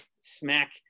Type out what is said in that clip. smack